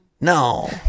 No